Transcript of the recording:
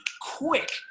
quick